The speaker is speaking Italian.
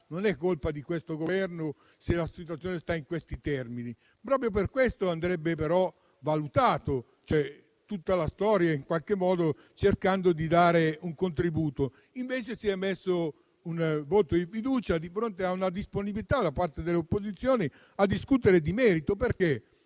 Non è colpa di questo Governo se la situazione sta in questi termini. Proprio per questo andrebbe valutata tutta la questione in qualche modo, cercando di dare un contributo. Invece, si è posta la questione di fiducia di fronte alla disponibilità da parte delle opposizioni a discutere di merito, perché